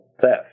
theft